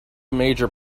major